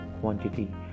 quantity